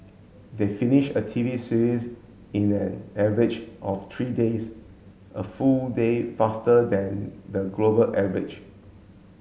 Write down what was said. they finish a T V series in an average of three days a full day faster than the global average